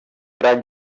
gran